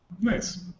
Nice